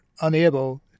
unable